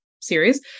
series